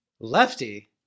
Lefty